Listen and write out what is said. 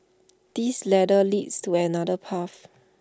this ladder leads to another path